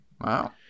wow